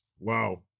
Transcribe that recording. Wow